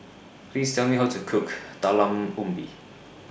Please Tell Me How to Cook Talam Ubi